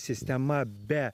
sistema be